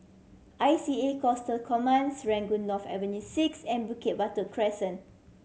I C A Coastal Command Serangoon North Avenue Six and Bukit Batok Crescent